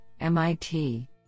MIT